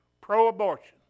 pro-abortion